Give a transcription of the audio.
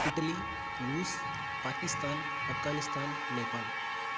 Italy Russia Pakistan Afghanistan Nepal